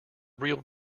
real